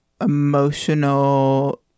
emotional